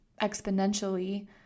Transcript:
exponentially